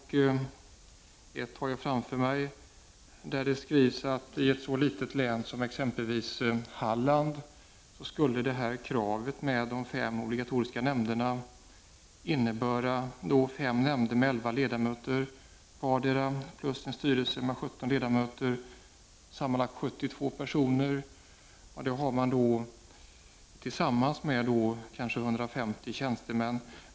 Ett har jag framför mig. Det sägs där att i ett så litet län som exempelvis Hallands län skulle kravet på de fem obligatoriska nämnderna innebära fem nämnder med elva ledamöter vardera plus en styrelse med sjutton ledamöter, sammanlagt 72 personer, tillsammans med kanske 150 tjänstemän.